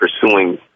pursuing